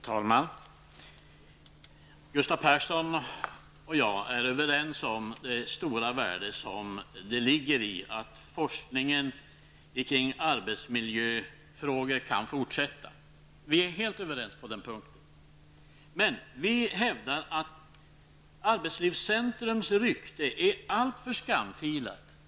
Herr talman! Gustav Persson och jag är helt överens om det stora värde som ligger i att forskningen kring arbetsmiljöfrågor kan fortsätta. Men vi hävdar att arbetslivscentrums rykte är alltför skamfilat.